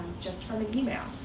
just from an email.